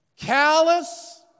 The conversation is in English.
callous